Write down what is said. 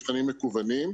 מקוונים.